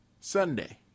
Sunday